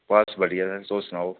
बस बढ़िया सर तुस सनाओ